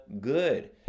good